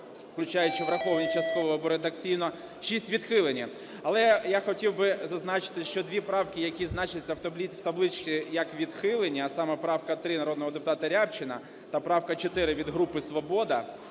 включаючи враховані частково або редакційно, 6 відхилені. Але я хотів би зазначити, що дві правки, які значаться в табличці як відхилені, а саме правка 3 народного депутата Рябчина та правка 4 від групи "Свобода",